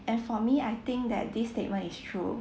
and for me I think that this statement is true